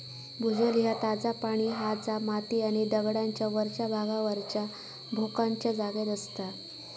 भूजल ह्या ताजा पाणी हा जा माती आणि दगडांच्या वरच्या भागावरच्या भोकांच्या जागेत असता